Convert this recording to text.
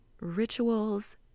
rituals